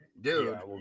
Dude